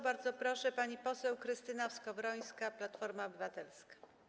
Bardzo proszę, pani poseł Krystyna Skowrońska, Platforma Obywatelska.